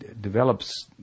develops